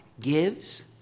gives